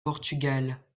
portugal